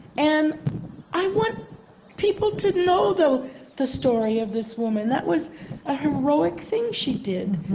and i want people to know the the story of this woman. that was a heroic thing she did.